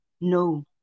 No